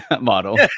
model